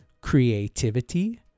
creativity